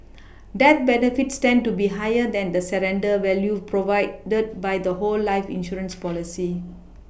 death benefits tend to be higher than the surrender value provided the by the whole life insurance policy